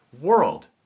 world